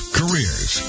careers